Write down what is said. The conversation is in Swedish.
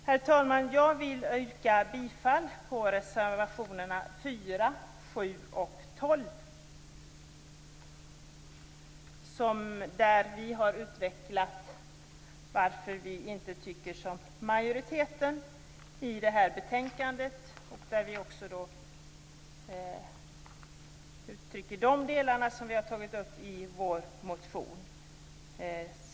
Herr talman! Jag yrkar bifall till reservationerna 4, 7 och 12. Där har vi i Miljöpartiet utvecklat varför vi inte tycker som majoriteten i detta betänkande. Vi redogör också för det vi har tagit upp i vår motion.